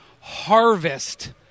harvest